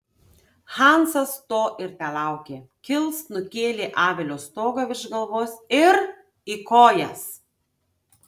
hansas to ir telaukė kilst nukėlė avilio stogą virš galvos ir į kojas